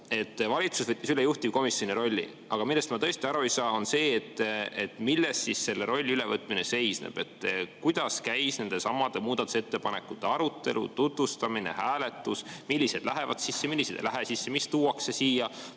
valitsus võttis üle juhtivkomisjoni rolli. Aga millest ma tõesti aru ei saa, on see, et milles selle rolli ülevõtmine seisneb. Kuidas käis nendesamade muudatusettepanekute arutelu, tutvustamine, hääletus, millised lähevad sisse, millised ei lähe sisse, mis tuuakse siia